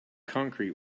concrete